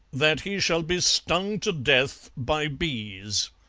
that he shall be stung to death by bees.